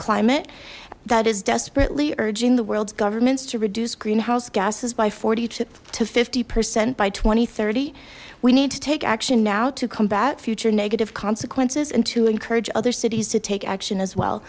climate that is desperately urging the world's governments to reduce greenhouse gases by forty to fifty percent by two thousand and thirty we need to take action now to combat future negative consequences and to encourage other cities to take action as well